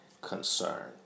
concern